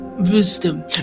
Wisdom